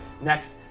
next